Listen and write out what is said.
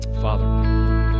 Father